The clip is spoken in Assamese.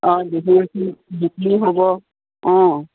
অঁ বিহুৰ ওচৰত বিক্ৰী হ'ব অঁ